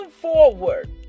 forward